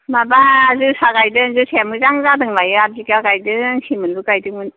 माबा जोसा गायदों जोसाया मोजां जादोंलायो आठ बिगा गायदों सेमोनबो गायदोंमोन